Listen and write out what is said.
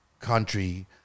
country